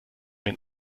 den